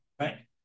right